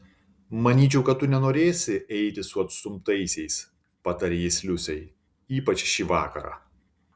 manyčiau kad tu nenorėsi eiti su atstumtaisiais patarė jis liusei ypač šį vakarą